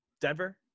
Denver